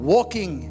Walking